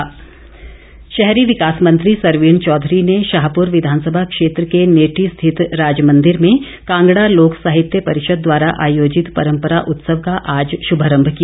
सरवीन शहरी विकास मंत्री सरवीन चौधरी ने शाहपुर विधानसभा क्षेत्र के नेटी स्थित राजमंदिर में कांगड़ा लोक साहित्य परिषद द्वारा आयोजित परम्परा उत्सव का आज शुभारम्भ किया